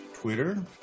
Twitter